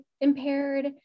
impaired